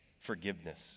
forgiveness